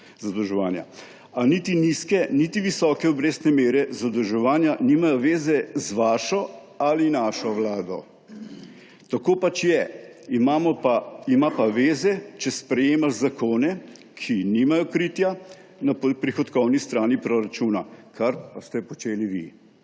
a niti nizke niti visoke obrestne mere zadolževanja nimajo zveze z vašo ali našo vlado. Tako pač je. Ima pa zveze, če sprejemaš zakone, ki nimajo kritja na prihodkovni strani proračuna, kar pa ste počeli vi.